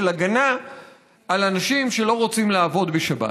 הגנה על אנשים שלא רוצים לעבוד בשבת.